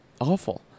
awful